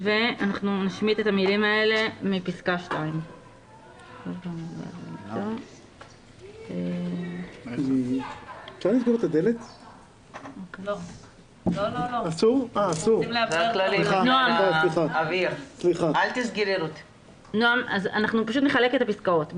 ונשמיט את המילים האלה מפסקה 2. נחלק את הפסקאות,